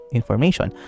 information